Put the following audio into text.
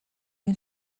این